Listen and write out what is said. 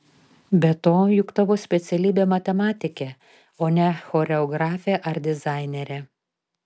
be to juk tavo specialybė matematikė o ne choreografė ar dizainerė